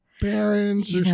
parents